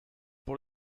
pour